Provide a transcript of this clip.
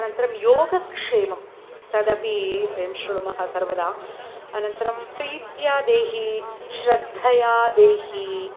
अनन्तरं योगक्षेमं तदपि वयं शृणुमः सर्वदा अनन्तरं प्रीत्या देहि श्रद्धया देहि